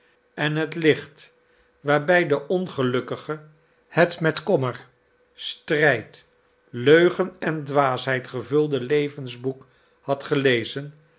en het licht waarbij de ongelukkige het met kommer strijd leugen en dwaasheid gevulde levensboek had gelezen